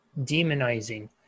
demonizing